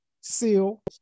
Seal